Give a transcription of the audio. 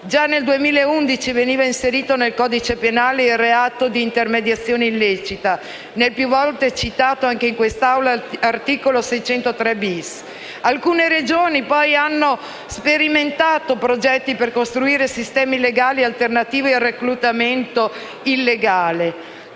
Già nel 2011 veniva inserito nel codice penale il reato di intermediazione illecita, nel più volte citato, anche in quest'Aula, articolo 603-*bis*. Alcune Regioni hanno poi sperimentato progetti per costruire sistemi legali alternativi al reclutamento illegale.